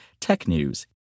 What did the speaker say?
TECHNEWS